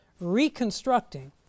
reconstructing